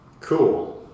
Cool